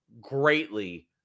greatly